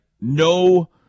No